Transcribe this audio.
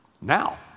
Now